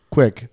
Quick